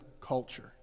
culture